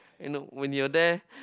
and no when you were there